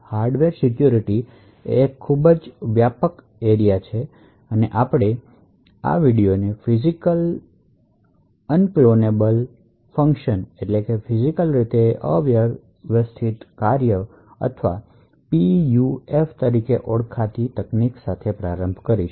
hardware security પોતે એક ખૂબ વ્યાપક ક્ષેત્ર છે આપણે આ વિડિઓને ફિજિકલી અનક્લોનેબલ ફંકશન અથવા પીયુએફતરીકે ઓળખાય છે તે સાથે પ્રારંભ કરીશું